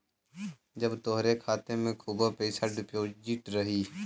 जब तोहरे खाते मे खूबे पइसा डिपोज़िट रही